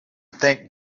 think